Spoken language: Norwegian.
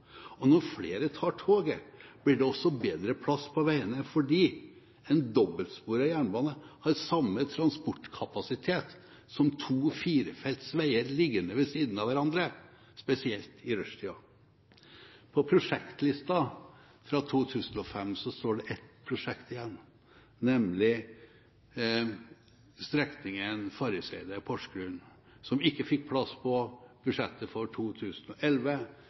Når flere tar toget, blir det også bedre plass på veiene, fordi en dobbeltsporet jernbane har samme transportkapasitet som to firefelts veier liggende ved siden av hverandre, spesielt i rushtida. På prosjektlisten fra 2005 står det ett prosjekt igjen, nemlig strekningen Farriseidet–Porsgrunn, som ikke fikk plass på budsjettet for 2011,